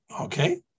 Okay